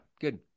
Good